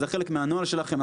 זה חלק מהנוהל שלכם.